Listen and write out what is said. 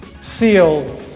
sealed